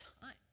time